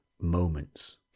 moments